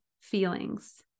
feelings